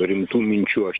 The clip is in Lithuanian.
rimtų minčių aš